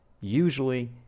Usually